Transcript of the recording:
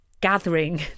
gathering